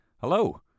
Hello